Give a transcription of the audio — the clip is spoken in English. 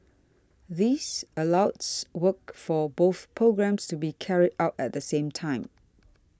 this allows works for both programmes to be carried out at the same time